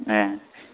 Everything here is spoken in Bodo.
ए